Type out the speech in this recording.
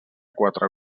quatre